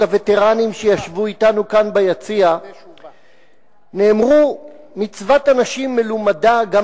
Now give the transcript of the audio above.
הווטרנים שישבו אתנו כאן ביציע נאמרו מצוות אנשים מלומדה גם